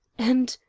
and,